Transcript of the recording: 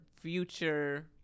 future